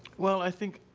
well, i think